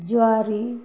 ज्वारी